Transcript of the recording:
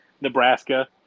Nebraska